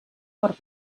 por